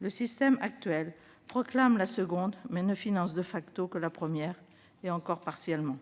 Le système actuel proclame la seconde, mais ne finance que la première, et encore partiellement.